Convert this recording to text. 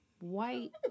white